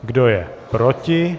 Kdo je proti?